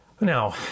Now